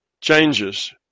changes